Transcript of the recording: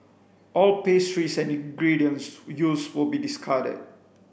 all pastries and ingredients used will be discarded